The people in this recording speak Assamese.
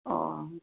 অঁ